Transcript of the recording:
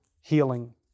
healing